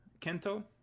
kento